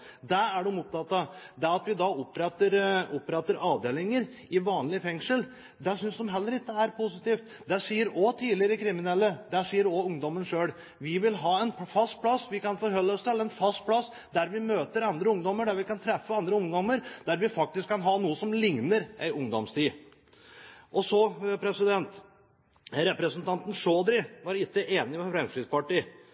personen når de møter ham igjen om morgenen. Det er de opptatt av. At vi oppretter avdelinger i vanlige fengsler, synes de heller ikke er positivt. Det sier tidligere kriminelle, og det sier også ungdommen selv. De vil ha en fast plass som de kan forholde seg til, en fast plass der de møter andre ungdommer, der de faktisk kan ha noe som ligner en ungdomstid. Representanten Chaudhry var ikke enig med Fremskrittspartiet og